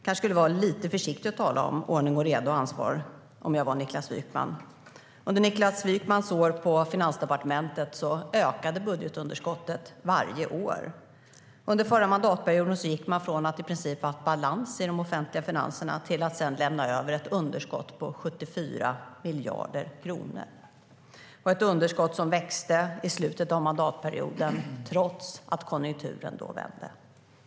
Fru talman! Jag skulle kanske vara lite försiktig att tala om ordning och reda och ansvar om jag vore Niklas Wykman. Under Niklas Wykmans år på Finansdepartementet ökade budgetunderskottet varje år. Under förra mandatperioden gick man från att i princip ha haft balans i de offentliga finanserna till att sedan lämna över ett underskott på 74 miljarder kronor. Det var ett underskott som växte i slutet av mandatperioden trots att konjunkturen då vände.